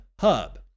Hub